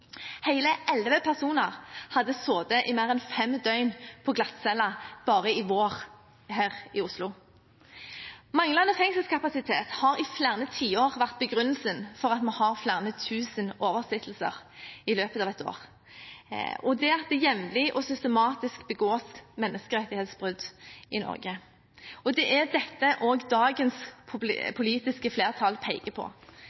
elleve personer hadde sittet i mer enn fem døgn på glattcelle bare i vår her i Oslo. Manglende fengselskapasitet har i flere tiår vært begrunnelsen for at vi har flere tusen oversittelser i løpet av et år, og for at det jevnlig og systematisk begås menneskerettighetsbrudd i Norge. Det er dette også dagens politiske flertall peker på.